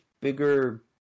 bigger-